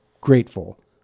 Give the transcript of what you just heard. grateful